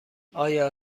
آیا